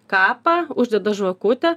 kapą uždeda žvakutę